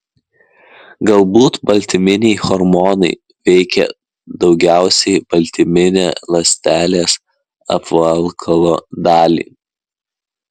galbūt baltyminiai hormonai veikia daugiausiai baltyminę ląstelės apvalkalo dalį